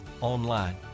online